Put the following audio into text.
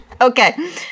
Okay